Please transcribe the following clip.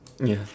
ya